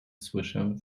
słyszę